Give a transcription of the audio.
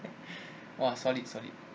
!wah! solid solid